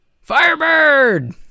Firebird